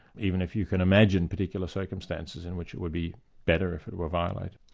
even if you can imagine particular circumstances in which it would be better if it were violated.